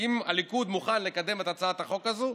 אם הליכוד מוכן לקדם את הצעת החוק הזו,